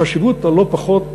החשיבות, לא-פחות חשובה,